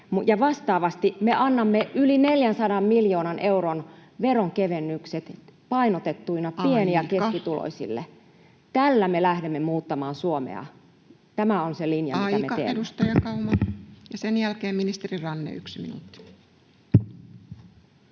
koputtaa] me annamme yli 400 miljoonan euron veronkevennykset painotettuina [Puhemies: Aika!] pieni- ja keskituloisille. Tällä me lähdemme muuttamaan Suomea. Tämä on se linja, [Puhemies: Aika, edustaja Kauma!] mitä me teemme. Sen jälkeen ministeri Ranne, yksi minuutti.